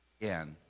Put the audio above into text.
again